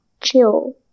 chill